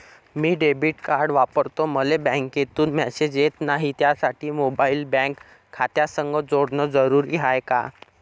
मी debit card वापरतो मले बँकेतून मॅसेज येत नाही, त्यासाठी मोबाईल बँक खात्यासंग जोडनं जरुरी हाय का?